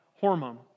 hormone